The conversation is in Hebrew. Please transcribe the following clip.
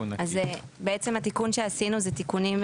אז בעצם התיקון שעשינו זה תיקונים,